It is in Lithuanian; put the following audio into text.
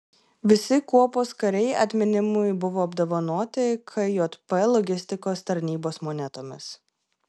visi kuopos kariai atminimui buvo apdovanoti kjp logistikos tarnybos monetomis